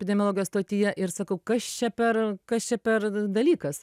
epidemiologijos stotyje ir sakau kas čia per kas čia per dalykas